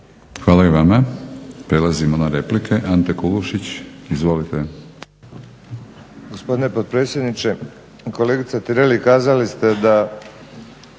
Hvala i vama. Prelazimo na replike. Ante Kulušić, izvolite.